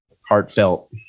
heartfelt